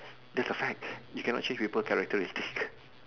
that's a fact you can not change people characteristic